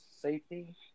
safety